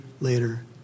later